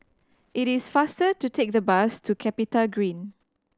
it is faster to take the bus to CapitaGreen